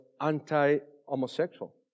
anti-homosexual